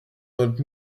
und